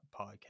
podcast